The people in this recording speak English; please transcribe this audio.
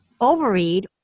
overeat